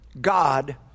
God